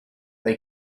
they